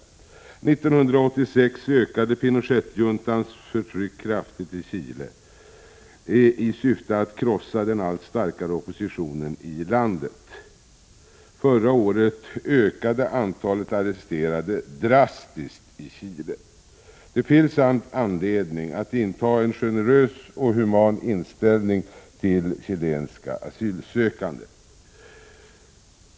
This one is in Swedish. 1986 ökade Pinochetjuntans förtryck kraftigt i Chile i syfte att krossa den allt starkare oppositionen i landet. Antalet arresterade ökade drastiskt. Det finns all anledning att inta en generös och human inställning till chilenska asylsökande.